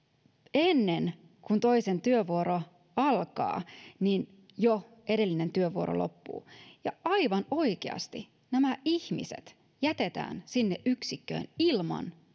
ennen kun toisen työvuoro alkaa niin jo edellinen työvuoro loppuu ja aivan oikeasti nämä ihmiset jätetään sinne yksikköön ilman